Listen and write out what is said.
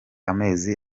amezi